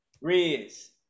Riz